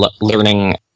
learning